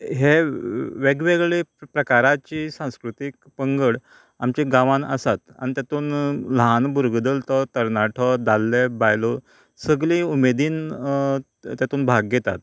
हे वेगवेगळे प्रकाराची सांस्कृतीक पंगड आमची गांवान आसात आनी तातूंत ल्हान भुरगो धरलो तो तरनाटो दादले बायलो सगली उमेदीन तातूंत भाग घेतात